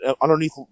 underneath